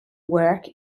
work